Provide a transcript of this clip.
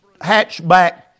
hatchback